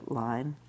line